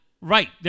Right